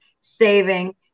saving